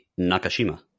Nakashima